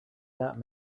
that